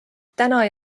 täna